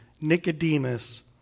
Nicodemus